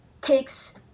takes